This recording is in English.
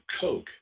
Coke